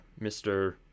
Mr